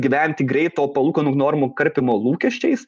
gyventi greito palūkanų normų karpymo lūkesčiais